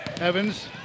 Evans